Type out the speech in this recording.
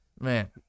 man